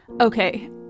Okay